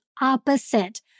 opposite